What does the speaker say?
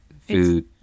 food